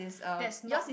that's not